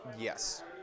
Yes